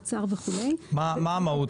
אוצר וכו' --- מה המהות?